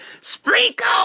sprinkle